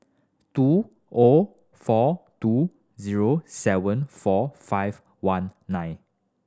two O four two zero seven four five one nine